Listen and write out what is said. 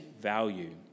value